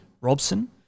Robson